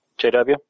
JW